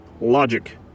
logic